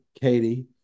Katie